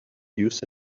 used